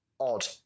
odd